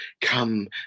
come